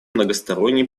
многосторонний